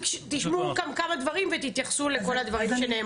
תשמעו כאן כמה דברים ותתייחסו לכל הדברים שנאמרו.